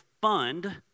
fund